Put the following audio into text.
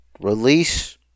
Release